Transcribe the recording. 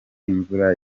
imvura